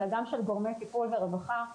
אלא גם של גורמי טיפול ורווחה.